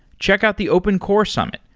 check out the open core summit,